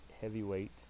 heavyweight